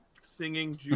Singing